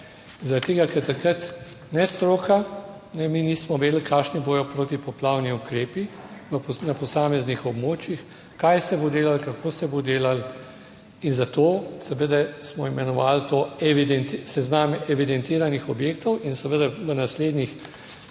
Zaradi tega, ker takrat ne stroka ne mi nismo vedeli kakšni bodo protipoplavni ukrepi na posameznih območjih, kaj se bo delalo, kako se bo delalo in zato seveda smo imenovali to seznam evidentiranih objektov in seveda v naslednjih